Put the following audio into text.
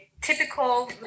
Typical